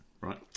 right